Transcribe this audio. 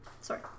sorry